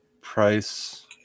price